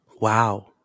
wow